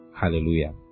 Hallelujah